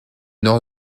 nord